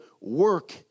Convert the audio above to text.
work